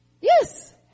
Yes